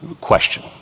question